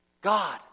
God